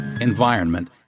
environment